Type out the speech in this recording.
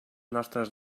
nostres